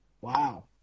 Wow